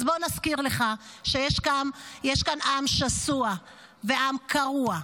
אז, בוא, נזכיר לך שיש כאן עם שסוע ועם קרוע,